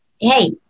Hey